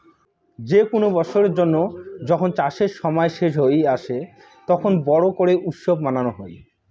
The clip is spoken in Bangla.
যে কুন বৎসরের জন্য যখন চাষের সময় শেষ হই আসে, তখন বড় করে উৎসব মানানো হই